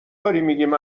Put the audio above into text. میگیم